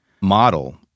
model